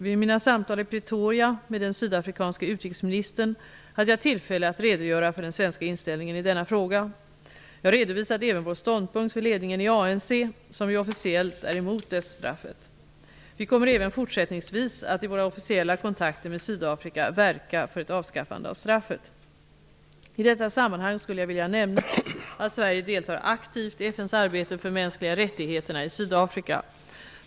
Vid mina samtal i Pretoria med den sydafrikanske utrikesministern hade jag tillfälle att redogöra för den svenska inställningen i denna fråga. Jag redovisade också vår ståndpunkt för ledningen i ANC, som ju officiellt är emot dödsstraffet. Vi kommer även fortsättningsvis att i våra officiella kontakter med Sydafrika att verka för ett avskaffande av straffet. I detta sammanhang skulle jag vilja nämna att Sverige deltar aktivt i FN:s arbete för de mänskliga rättigheterna i Sydafrika.